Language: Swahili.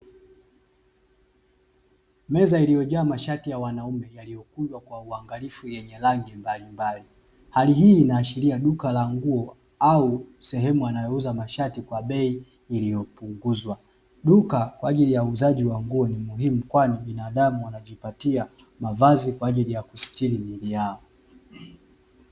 Meza iliyojaa mashati ya wanaume yaliyokunjwa kwa uangalifu yenye rangi mbalimbali. Hali hii inaashilia duka la nguo au sehemu wanayouza mashati kwa bei iliyo punguzwa. Duka kwa ajili ya uuzaji wa nguo ni muhimu kwani binadamu wanajipatia mavazi kwa ajili ya kustiri miili yao.